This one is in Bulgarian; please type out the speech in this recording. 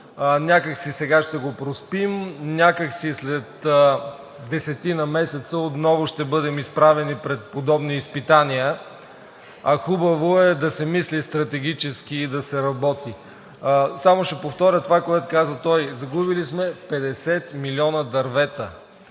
някак си сега ще го простим, някак си след 10-ина месеца отново ще бъдем изправени пред подобни изпитания. Хубаво е да се мисли стратегически и да се работи. Само ще повторя това, което каза той: загубили сме 50 милиона дървета